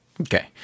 Okay